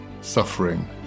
suffering